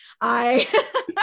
I-